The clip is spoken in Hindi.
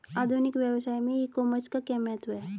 आधुनिक व्यवसाय में ई कॉमर्स का क्या महत्व है?